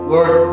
Lord